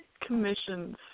commissions